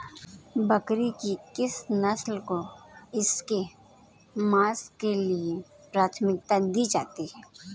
बकरी की किस नस्ल को इसके मांस के लिए प्राथमिकता दी जाती है?